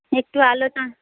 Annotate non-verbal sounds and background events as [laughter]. একটু [unintelligible]